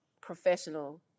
professional